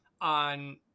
on